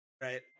right